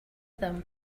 them